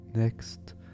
Next